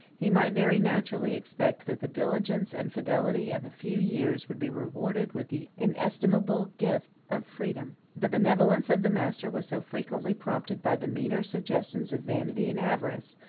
he might very naturally expect that the diligence and fidelity of a few years would be rewarded with the inestimable gift of freedom. the benevolence of the master was so frequently prompted by the meaner suggestions of vanity and avarice,